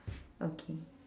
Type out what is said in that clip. okay